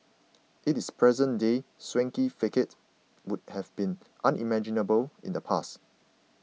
its present day swanky facade would have been unimaginable in the past